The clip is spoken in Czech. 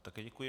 Také děkuji.